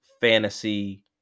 fantasy